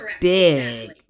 big